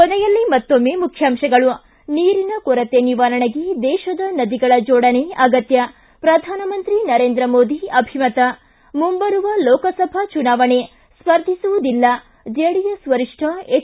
ಕೊನೆಯಲ್ಲಿ ಮತ್ತೊಮ್ಮೆ ಮುಖ್ಯಾಂಶಗಳು ನೀರಿನ ಕೊರತೆ ನಿವಾರಣೆಗೆ ದೇಶದ ನದಿಗಳ ಜೋಡಣೆ ಅಗತ್ಯ ಪ್ರಧಾನಮಂತ್ರಿ ನರೇಂದ್ರ ಮೋದಿ ಅಭಿಮತ ಮುಂಬರುವ ಲೋಕಸಭಾ ಚುನಾವಣೆ ಸ್ಪರ್ಧಿಸುವುದಿಲ್ಲ ಜೆಡಿಎಸ್ ವರಿಷ್ಠ ಎಚ್